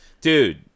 dude